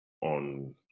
on